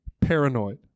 paranoid